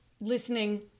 listening